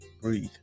breathe